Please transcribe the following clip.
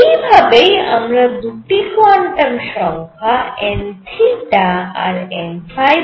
এই ভাবেই আমরা দুটি কোয়ান্টাম সংখ্যা n আর nপাই